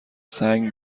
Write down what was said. سنگ